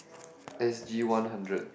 S_G one hundred